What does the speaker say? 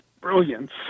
brilliance